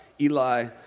Eli